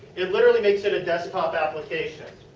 it literally makes it a desktop application.